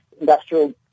industrial